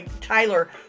tyler